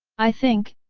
i think,